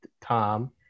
Tom